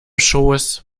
schoß